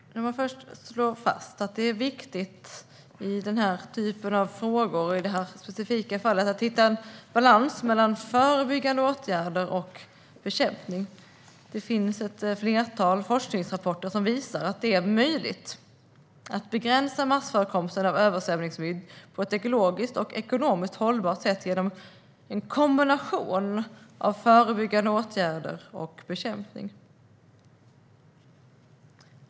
Herr talman! Jag vill först slå fast att det är viktigt i den här typen av frågor och i det här specifika fallet att hitta en balans mellan förebyggande åtgärder och bekämpning. Det finns ett flertal forskningsrapporter som visar att det är möjligt att begränsa massförekomsten av översvämningsmygg på ett ekologiskt och ekonomiskt hållbart sätt genom en kombination av förebyggande åtgärder och bekämpning.